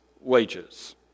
wages